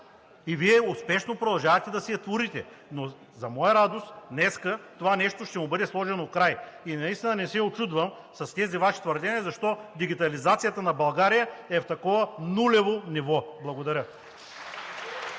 И Вие успешно продължавате да си я творите. Но за моя радост днес на това нещо ще бъде сложено край! И наистина не се учудвам с тези Ваши твърдения защо дигитализацията на България е в такова нулево ниво. Благодаря.